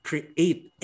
Create